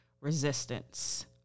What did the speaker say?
resistance